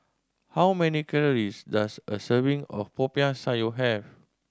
how many calories does a serving of Popiah Sayur have